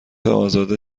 ازاده